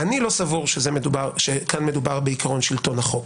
אני לא סבור שכאן מדובר בעיקרון שלטון החוק.